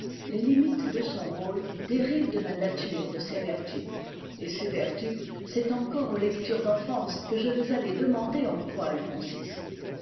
les limites de son rôle dérivent de la nature de ses vertus et ces vertus c'est encore aux lectures d'enfance que je vais aller demander en quoi